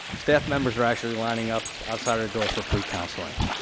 staff members are actually lining up outside her door for free counseling.